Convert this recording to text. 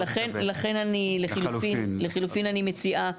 לכן, אני, לחילופין מציעה,